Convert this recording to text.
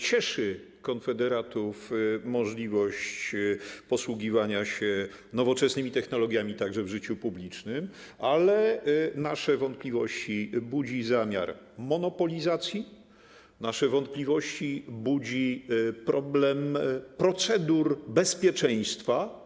Cieszy konfederatów możliwość posługiwania się nowoczesnymi technologiami także w życiu publicznym, ale nasze wątpliwości budzi zamiar monopolizacji, nasze wątpliwości budzi problem procedur bezpieczeństwa.